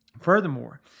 Furthermore